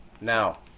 Now